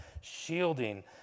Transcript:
shielding